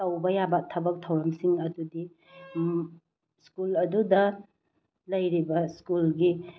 ꯇꯧꯕ ꯌꯥꯕ ꯊꯕꯛ ꯊꯧꯔꯝꯁꯤꯡ ꯑꯗꯨꯗꯤ ꯁ꯭ꯀꯨꯜ ꯑꯗꯨꯗ ꯂꯩꯔꯤꯕ ꯁ꯭ꯀꯨꯜꯒꯤ